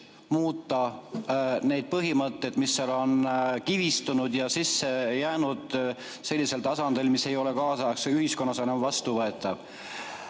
muuta neid põhimõtteid, mis on kivistunud ja sinna sisse jäänud sellisel tasandil, mis ei ole kaasaegses ühiskonnas enam vastuvõetav.